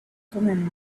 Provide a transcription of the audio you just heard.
thummim